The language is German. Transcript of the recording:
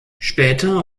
später